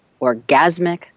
orgasmic